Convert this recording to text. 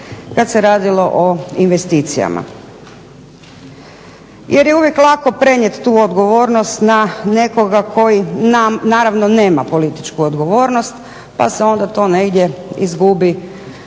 kad se radilo o investicijama. Jer je uvijek lako prenijeti tu odgovornost na nekoga koji naravno nema političku odgovornost pa se onda to negdje izgubi